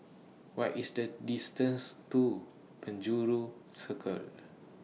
What IS The distance to Penjuru Circle